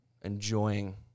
enjoying